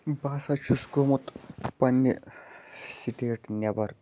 بہٕ ہسا چھُس گوٚمُت پنٛنہِ سِٹیٹ نٮ۪بر